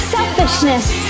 Selfishness